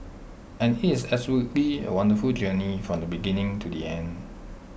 and is absolutely A wonderful journey from the beginning to the end